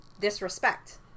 disrespect